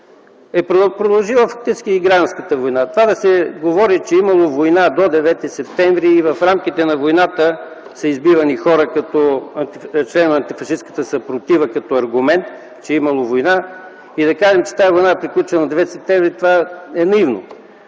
е продължила гражданската война. Да се говори, че е имало война до 9 септември и в рамките на войната са избивани хора, членове на антифашистката съпротива, като аргумент че е имало война, и да кажем, че тази война е приключила на 9 септември, е наивно.